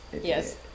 Yes